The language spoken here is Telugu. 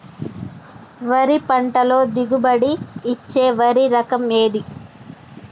వరి పంట లో అధిక దిగుబడి ఇచ్చే వరి రకం ఏది?